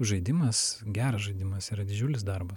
žaidimas geras žaidimas yra didžiulis darbas